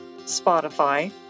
Spotify